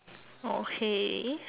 okay